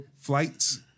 flights